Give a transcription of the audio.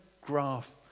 graph